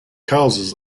causes